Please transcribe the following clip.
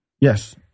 Yes